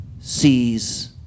sees